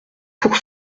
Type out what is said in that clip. pour